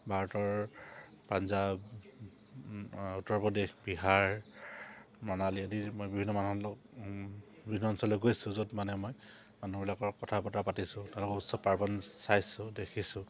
ভাৰতৰ পাঞ্জাৱ উত্তৰ প্ৰদেশ বিহাৰ মণালী আদি মই বিভিন্ন মানুহৰ বিভিন্ন অঞ্চলে গৈছোঁ য'ত মানে মই মানুহবিলাকৰ কথা বতৰা পাতিছোঁ তেওঁলোকক উৎসৱ পাৰ্বণ চাইছোঁ দেখিছোঁ